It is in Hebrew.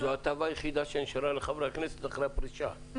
זו ההטבה היחידה שנשארה לחברי הכנסת אחרי הפרישה,